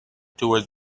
tours